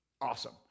awesome